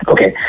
Okay